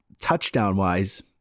touchdown-wise